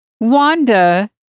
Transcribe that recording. Wanda